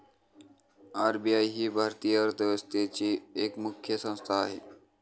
RBI ही भारतीय अर्थव्यवस्थेची एक मुख्य संस्था आहे